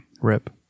Rip